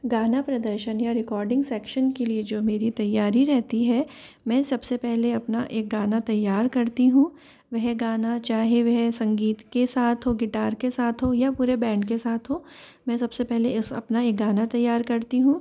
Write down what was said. गाना प्रदर्शन या रिकॉर्डिंग सेक्शन के लिए जो मेरी तैयारी रहती है मैं सबसे पहले अपना एक गाना तैयार करती हूँ वह गाना चाहे वह संगीत के साथ हो गिटार के साथ हो या पूरे बैंड के साथ हो मैं सबसे पहले उस अपना एक गाना तैयार करती हूँ